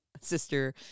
sister